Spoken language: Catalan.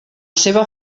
seva